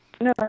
No